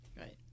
Right